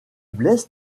blesse